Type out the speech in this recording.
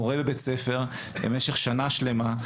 מורה בבית ספר למשך שנה שלמה,